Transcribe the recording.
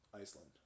Iceland